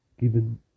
given